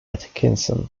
atkinson